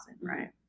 right